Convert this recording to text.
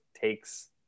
takes